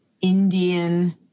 Indian